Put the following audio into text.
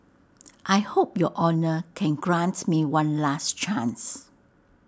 I hope your honour can grant me one last chance